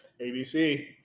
ABC